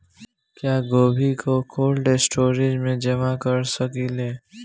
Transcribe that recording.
क्या गोभी को कोल्ड स्टोरेज में जमा कर सकिले?